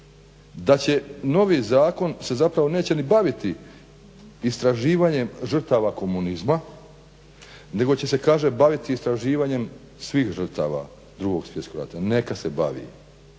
da će novi zakon se zapravo neće ni baviti istraživanjem žrtava komunizma nego će se kaže baviti istraživanjem svih žrtava 2.svjetskog rata. Neka se bavi